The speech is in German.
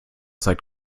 seit